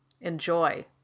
Enjoy